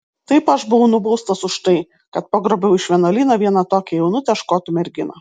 taip aš buvau nubaustas už tai kad pagrobiau iš vienuolyno vieną tokią jaunutę škotų merginą